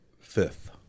Fifth